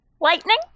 Lightning